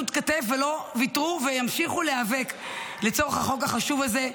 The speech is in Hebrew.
כתף ולא ויתרו וימשיכו להיאבק לצורך החוק החשוב הזה.